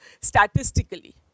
statistically